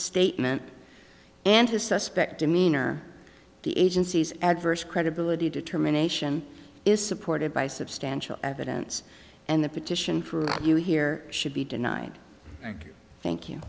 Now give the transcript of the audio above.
statement and a suspect demeanor the agency's adverse credibility determination is supported by substantial evidence and the petition for you here should be denied thank you